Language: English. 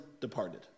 departed